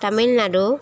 Tamil Nadu